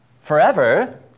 forever